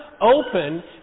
open